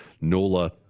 Nola